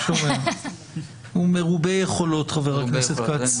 הוא מרובה יכולות, חה"כ כץ.